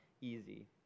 easy